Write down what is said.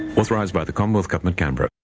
authorised by the commonwealth government, canberra.